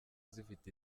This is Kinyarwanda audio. zifite